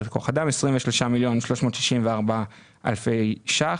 תוכנית 07-5001: 23 אלפי ש"ח